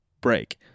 break